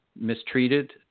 mistreated